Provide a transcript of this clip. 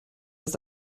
ist